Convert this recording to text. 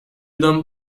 them